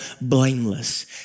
blameless